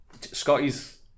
Scotty's